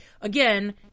again